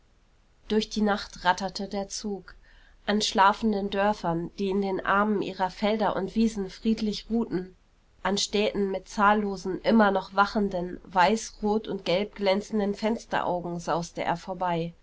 durch die nacht ratterte der zug an schlafenden dörfern die in den armen ihrer felder und wiesen friedlich ruhten an städten mit zahllosen immer noch wachenden weiß rot und gelb glänzenden fensteraugen sauste er vorbei